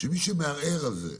שמי שמערער על זה,